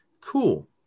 Cool